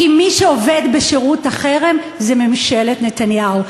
כי מי שעובדת בשירות החרם זו ממשלת נתניהו.